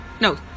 No